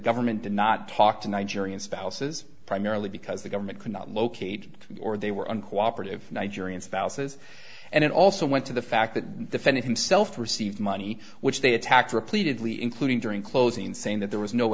government did not talk to nigerian spouses primarily because the government could not locate or they were uncooperative nigerian spouses and it also went to the fact that the defendant himself received money which they attacked repeatedly including during closing saying that there was no